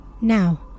Now